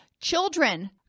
children